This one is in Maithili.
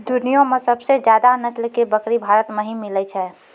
दुनिया मॅ सबसे ज्यादा नस्ल के बकरी भारत मॅ ही मिलै छै